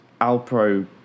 Alpro